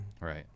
Right